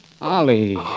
Ollie